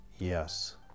Yes